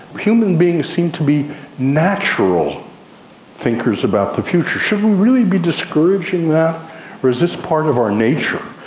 human beings seem to be natural thinkers about the future. should we really be discouraging that or is this part of our nature,